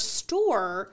store